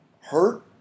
hurt